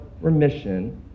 remission